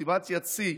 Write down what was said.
ובמוטיבציית שיא